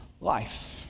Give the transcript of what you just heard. life